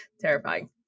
Terrifying